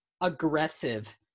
aggressive